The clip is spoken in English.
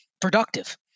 Productive